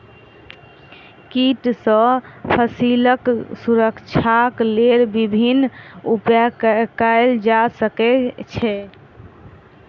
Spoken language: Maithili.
कीट सॅ फसीलक सुरक्षाक लेल विभिन्न उपाय कयल जा सकै छै